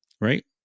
Right